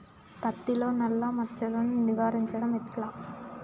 పత్తిలో నల్లా మచ్చలను నివారించడం ఎట్లా?